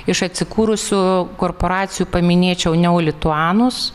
iš atsikūrusių korporacijų paminėčiau neolituanus